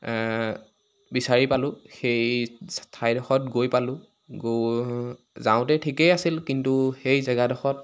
বিচাৰি পালোঁ সেই চা ঠাইডোখৰত গৈ পালোঁ গৈ যাওঁতে ঠিকেই আছিল কিন্তু সেই জেগাডোখৰত